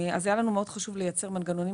היה לנו חשוב מאוד לייצר מנגנונים